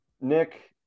Nick